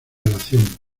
relación